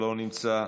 לא נמצא,